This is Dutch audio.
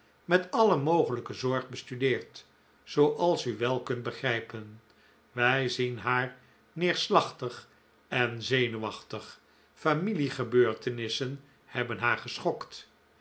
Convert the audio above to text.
met alle mogelijke zorg bestudeerd zooals u wel kunt begrijpen wij zien haar neerslachtig en zenuwachtig familie gebeurtenissen hebben haar geschokt